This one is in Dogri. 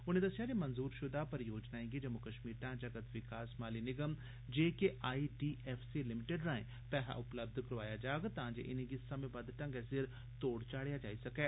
उनें दस्सेआ जे मंजूरशुदा परियोजनाएं गी जम्मू कश्मीर ढांचागत विकास माली निगम जेकेआईडीएफसी लिमिटिड राएं पैहा उपलब्य करोआया जाग तां जे इनेंगी समें बद्द ढंगै सिर तोड़ चाढ़ेआ जाई सकै